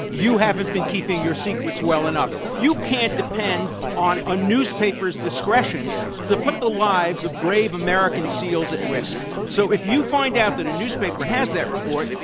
you haven't been keeping your secrets well enough. you can't depend on a newspaper's discretion to put the lives of brave american seals at risk. so if you find out that a newspaper has that report,